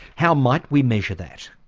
how might we measure that?